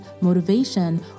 motivation